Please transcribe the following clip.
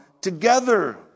together